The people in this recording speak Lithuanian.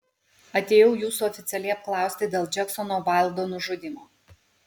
atėjau jūsų oficialiai apklausti dėl džeksono vaildo nužudymo